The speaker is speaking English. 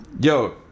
yo